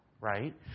right